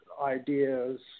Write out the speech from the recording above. ideas